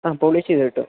ആ പോളിഷെയ്തു കിട്ടും